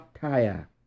tire